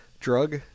drug